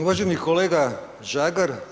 Uvaženi kolega Žagar.